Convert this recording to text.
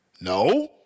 No